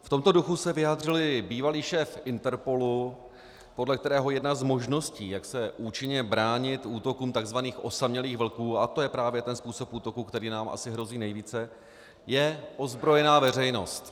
V tomto duchu se vyjádřil i bývalý šéf Interpolu, podle kterého jedna z možností, jak se účinně bránit útokům takzvaných osamělých vlků, a to je právě ten způsob útoku, který nám asi hrozí nejvíce, je ozbrojená veřejnost.